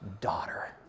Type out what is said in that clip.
daughter